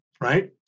right